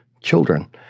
children